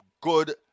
good